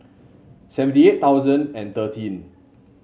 seventy eight thousand and thirteen